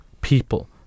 people